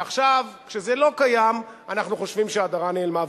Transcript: ועכשיו, כשזה לא קיים, אנחנו חושבים שההדרה נעלמה.